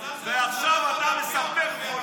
ועכשיו אתה מספר על חולים?